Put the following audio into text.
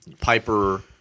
Piper